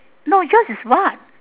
no yours is what